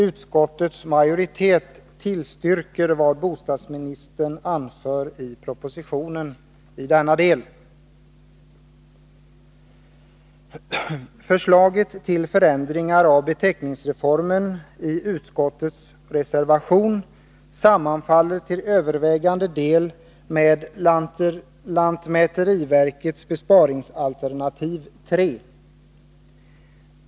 Utskottets majoritet tillstyrker vad bostadsministern anför i propositionen i denna del. Förslaget i reservationen till förändringar i beteckningsreformen sammanfaller till övervägande del med lantmäteriverkets besparingsalternativ 3.